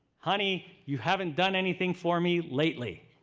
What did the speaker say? honey, you haven't done anything for me lately.